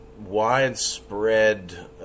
widespread